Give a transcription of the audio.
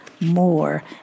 more